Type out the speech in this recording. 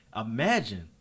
Imagine